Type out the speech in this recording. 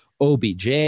OBJ